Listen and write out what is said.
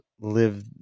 live